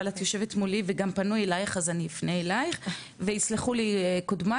אבל את יושבת מולי וגם פנו אלייך אז אני אפנה אלייך ויסלחו לי קודמייך,